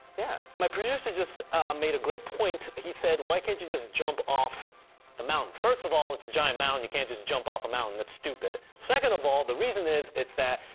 yeah. my producer just made a great point he said why can't you just jump off the mountain. first of all, it's a giant mountain you can't just jump off mountain, that's stupid, second of all, the reason is, it's that,